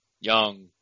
young